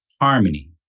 harmony